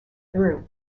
through